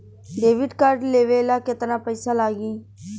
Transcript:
Debit card लेवे ला केतना पईसा लागी?